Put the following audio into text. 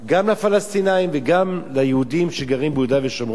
גם לפלסטינים וגם ליהודים שגרים ביהודה ושומרון.